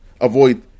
Avoid